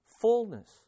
fullness